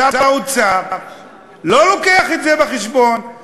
אז שר האוצר לא מביא את זה בחשבון,